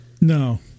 no